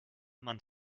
mann